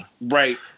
Right